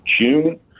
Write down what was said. June